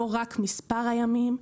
לא רק מספר הימים,